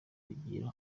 kugira